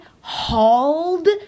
hauled